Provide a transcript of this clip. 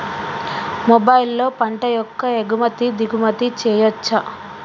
మొబైల్లో పంట యొక్క ఎగుమతి దిగుమతి చెయ్యచ్చా?